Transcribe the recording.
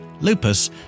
lupus